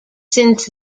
since